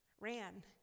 ran